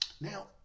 Now